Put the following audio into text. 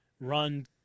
run